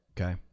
Okay